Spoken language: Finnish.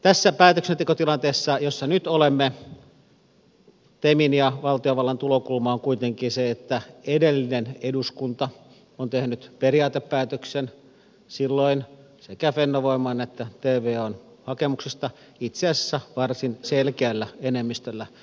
tässä päätöksentekotilanteessa jossa nyt olemme temin ja valtiovallan tulokulma on kuitenkin se että edellinen eduskunta on tehnyt periaatepäätöksen silloin sekä fennovoiman että tvon hakemuksista itse asiassa varsin selkeällä enemmistöllä